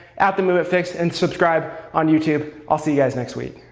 and themovementfix, and subscribe on youtube. i'll see you guys next week.